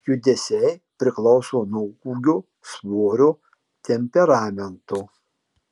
judesiai priklauso nuo ūgio svorio temperamento